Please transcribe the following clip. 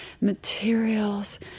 materials